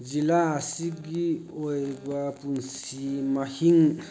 ꯖꯤꯂꯥ ꯑꯁꯤꯒꯤ ꯑꯣꯏꯕ ꯄꯨꯟꯁꯤ ꯃꯍꯤꯡ